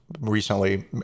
recently